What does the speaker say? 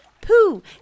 Pooh